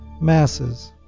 masses